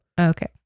Okay